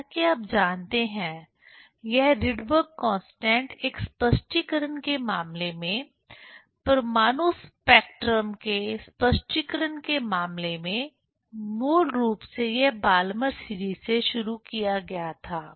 जैसा कि आप जानते हैं यह राइडबर्ग कांस्टेंट एक स्पष्टीकरण के मामले में परमाणु स्पेक्ट्रम के स्पष्टीकरण के मामले में मूल रूप से यह बाल्मर सीरीज से शुरू किया गया था